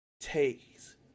takes